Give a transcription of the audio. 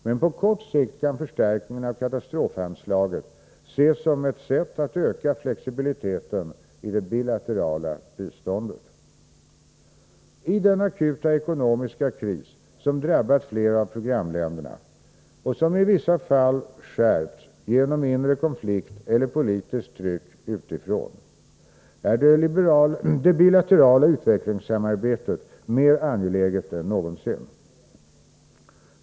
Men på kort sikt kan förstärkningen av katastrofanslaget ses som ett sätt att öka flexibiliteten i det bilaterala biståndet. I den akuta ekonomiska kris som drabbat flera av programländerna och som i vissa fall skärpts genom inre konflikt eller politiskt tryck utifrån är det bilaterala utvecklingssamarbetet mer angeläget än någonsin.